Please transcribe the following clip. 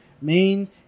main